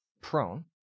Prone